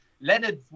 Leonard